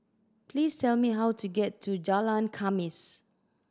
please tell me how to get to Jalan Khamis